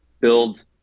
build